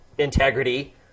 Integrity